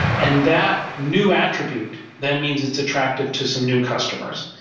and that new attribute, that means it's attractive to some new customers.